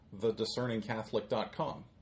thediscerningcatholic.com